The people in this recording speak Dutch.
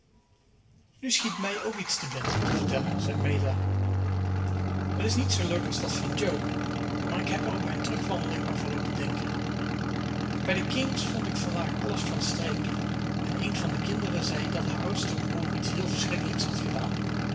nu schiet mij ook iets te binnen om te vertellen zei meta het is niet zoo leuk als dat van jo maar ik heb er op mijn terugwandeling over loopen denken bij de kings vond ik vandaag alles van streek en een van de kinderen zei dat haar oudste broer iets heel verschrikkelijks had gedaan